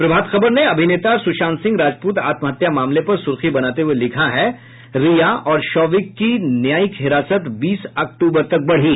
प्रभात खबर ने अभिनेता सुशांत सिंह राजपूत आत्महत्या मामले पर सुर्खी बनाते हुये लिखा है रिया और शौविक की न्यायिक हिरासत बीस अक्टूबर तक बढ़ी